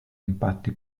impatti